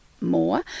more